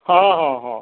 ହଁ ହଁ ହଁ